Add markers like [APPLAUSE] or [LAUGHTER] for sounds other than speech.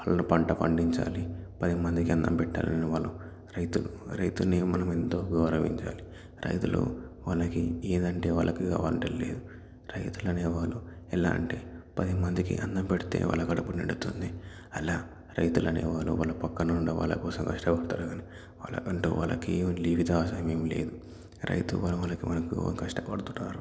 వాళ్ళు పంట పండించాలి పదిమందికి అన్నం పెట్టాలనే వాళ్ళు రైతులు రైతులని మనం ఎంతో గౌరవించాలి రైతులు మనకి ఏదంటే వాళ్ళకు ఇక పంటల్లేవు రైతులు అనేవాళ్ళు ఎలాంటి పదిమందికి అన్నం పెడితే వాళ్ళ కడుపు నిండుతుంది అలా రైతులు అనేవాళ్ళు వాళ్ళ ప్రక్కన ఉన్నవాళ్ళ కోసం కష్టపడతారే కానీ వాళ్ళకి అంటూ వాళ్ళకేమి జీవితాశయం ఏం లేదు రైతు [UNINTELLIGIBLE] కష్టపడుతుంటారు